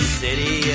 city